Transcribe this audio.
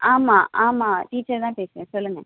ஆமாம் ஆமாம் டீச்சர் தான் பேசுகிறேன் சொல்லுங்கள்